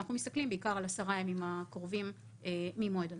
ואנחנו מסתכלים בעיקר על עשרת הימים הקרובים ממועד הנחיתה.